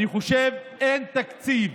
אני חושב שאין תקציב